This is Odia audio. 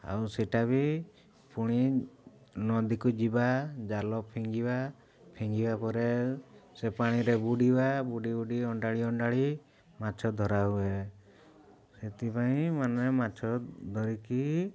ଆଉ ସେଇଟା ବି ପୁଣି ନଦୀକୁ ଯିବା ଜାଲ ଫିଙ୍ଗିବା ଫିଙ୍ଗିବା ପରେ ସେ ପାଣିରେ ବୁଡ଼ିବା ବୁଡ଼ି ବୁଡ଼ି ଅଣ୍ଡାଳି ଅଣ୍ଡାଳି ମାଛ ଧରା ହୁଏ ସେଥିପାଇଁ ମାନେ ମାଛ ଧରିକି